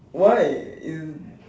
why is